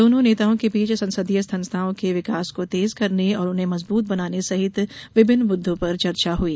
दोनों नेताओं के बीच संसदीय संस्थाओं के विकास को तेज करने और उन्हें मजबूत बनाने सहित विभिन्न मुद्दों पर चर्चा हुई